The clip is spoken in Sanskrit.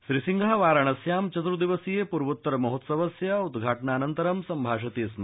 श्री सिंहः वाराणस्यां चतुर्दिवसीय पूर्वोत्तरमहोत्सवस्य उद्घाटनानन्तरं संभाषते स्म